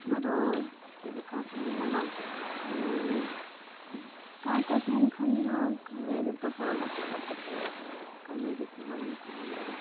ᱟᱨᱚ ᱪᱮᱫ ᱞᱮᱠᱟ ᱠᱚ ᱢᱮᱱᱟ ᱵᱟᱝ ᱜᱟᱶᱛᱟ ᱛᱟᱦᱮᱱ ᱠᱷᱟᱱ ᱫᱚ ᱚᱱᱠᱟ ᱜᱮ ᱡᱚᱛᱚ ᱦᱚᱲ ᱜᱟᱛᱮᱼᱜᱟᱯᱟᱛᱮ ᱚᱱᱠᱟ ᱜᱮ ᱡᱚᱛᱚ ᱦᱚᱲᱮᱢ ᱛᱟᱦᱮᱱᱟ